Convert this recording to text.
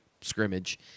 scrimmage